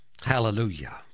Hallelujah